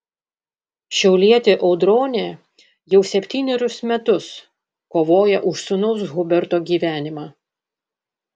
šiaulietė audronė jau septynerius metus kovoja už sūnaus huberto gyvenimą